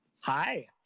Hi